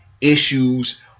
issues